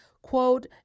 Quote